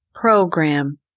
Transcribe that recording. program